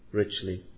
richly